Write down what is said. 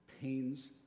pains